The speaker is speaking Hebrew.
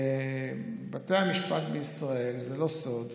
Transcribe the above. בתי המשפט בישראל, זה לא סוד,